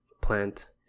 plant